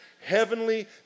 heavenly